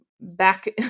back